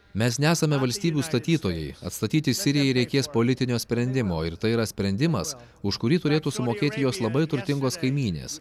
mes nesame valstybių statytojai atstatyti sirijai reikės politinio sprendimo ir tai yra sprendimas už kurį turėtų sumokėti jos labai turtingos kaimynės